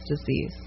disease